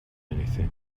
anything